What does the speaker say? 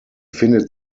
findet